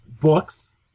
books